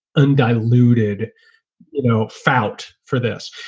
undiluted you know fout for this.